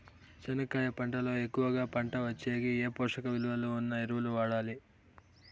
చెనక్కాయ పంట లో ఎక్కువగా పంట వచ్చేకి ఏ పోషక విలువలు ఉన్న ఎరువులు వాడాలి?